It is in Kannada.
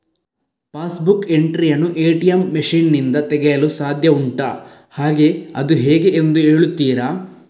ಪಾಸ್ ಬುಕ್ ಎಂಟ್ರಿ ಯನ್ನು ಎ.ಟಿ.ಎಂ ಮಷೀನ್ ನಿಂದ ತೆಗೆಯಲು ಸಾಧ್ಯ ಉಂಟಾ ಹಾಗೆ ಅದು ಹೇಗೆ ಎಂದು ಹೇಳುತ್ತೀರಾ?